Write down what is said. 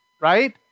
right